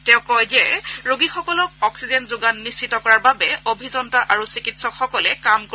তেওঁ কয় যে ৰোগীসকলক অক্সিজেন যোগান নিশ্চিত কৰাৰ বাবে অভিযন্তা আৰু চিকিৎসকসকলে কাম কৰিব